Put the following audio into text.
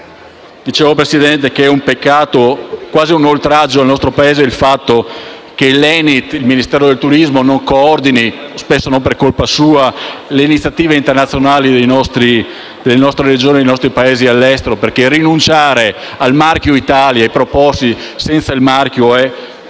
signor Presidente, che è un peccato, quasi un oltraggio al nostro Paese, il fatto che l'ENIT, il Ministero del turismo non coordini, spesso non per colpa sua, le iniziative internazionali delle nostre Regioni e dei nostri Comuni all'estero; infatti, rinunciare al marchio Italia e proporsi senza di esso è